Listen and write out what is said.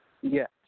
Yes